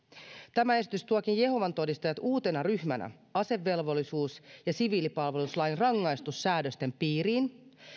tämä esitys tuokin jehovan todistajat uutena ryhmänä asevelvollisuus ja siviilipalveluslain rangaistussäädösten piiriin